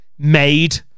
made